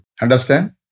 Understand